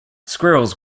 squirrels